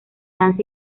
danza